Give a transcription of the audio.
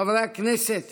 חברי הכנסת